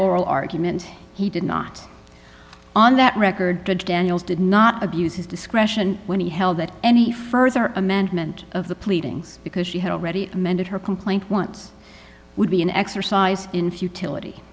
oral argument he did not on that record daniels did not abuse his discretion when he held that any further amendment of the pleadings because she had already amended her complaint once would be an exercise in futility